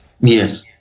Yes